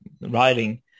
writing